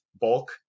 bulk